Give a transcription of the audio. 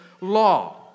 law